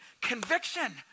conviction